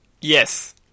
Yes